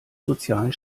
sozialen